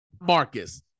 Marcus